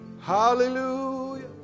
Hallelujah